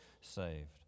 saved